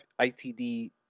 ITD